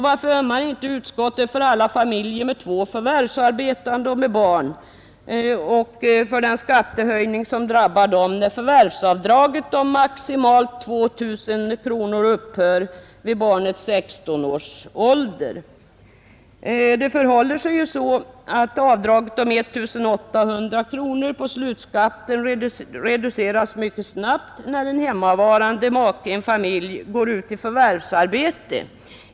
Varför ömmar inte utskottet för alla familjer med två förvärvsarbetande och med barn och för den skattehöjning som drabbar dem, när förvärvsavdraget om maximalt 2 000 kronor upphör vid barnets 16-årsålder? Det förhåller sig ju så att avdraget om 1 800 kronor på slutskatten reduceras mycket snabbt, när en hemmavarande make går ut i förvärvsarbete.